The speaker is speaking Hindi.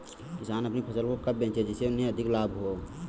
किसान अपनी फसल को कब बेचे जिसे उन्हें अधिक लाभ हो सके?